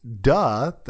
duh